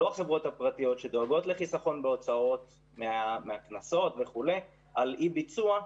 לא החברות הפרטיות שדואגות לחיסכון בהוצאות מהקנסות וכו' על אי-ביצוע.